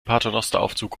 paternosteraufzug